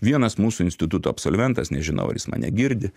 vienas mūsų instituto absolventas nežinau ar jis mane girdi